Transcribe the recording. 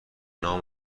نام